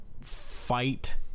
fight